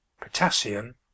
potassium